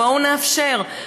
בואו נאפשר,